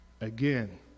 Again